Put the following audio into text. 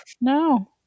No